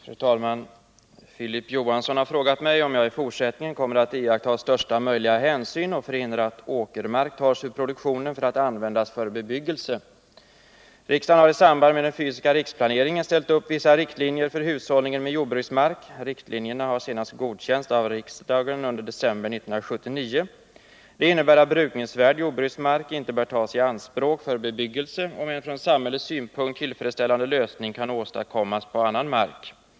Fru talman! Filip Johansson har frågat mig om jag i fortsättningen kommer att iaktta största möjliga hänsyn och förhindra att åkermark tas ur produktionen för att användas för bebyggelse. Riksdagen har i samband med den fysiska riksplaneringen ställt upp vissa riktlinjer för hushållningen med jordbruksmark. Riktlinjerna har senast godkänts av riksdagen under december 1979. De innebär att brukningsvärd jordbruksmark inte bör tas i anspråk för bebyggelse om en från samhällets synpunkt tillfredsställande lösning kan åstadkommas på annan mark.